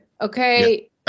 Okay